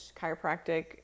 chiropractic